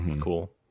cool